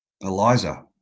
Eliza